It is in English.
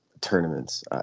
tournaments